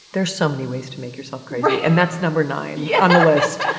there's so many ways to make yourself crazy. right. and that's number nine yeah on the list.